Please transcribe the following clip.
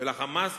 ול"חמאס",